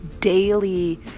daily